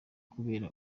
kubera